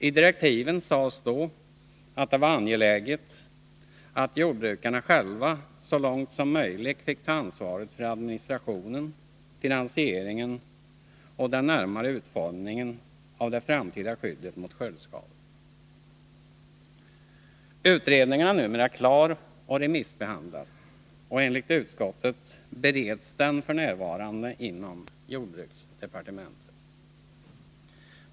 I direktiven sades då att det var angeläget att jordbrukarna själva så långt som möjligt fick ta ansvaret för administrationen, finansieringen och den närmare utformningen av det framtida skyddet mot skördeskador. Utredningen är numera klar och remissbehandlad, och enligt utskottet bereds den f. n. inom jordbruksdepartementet.